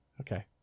Okay